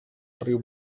riu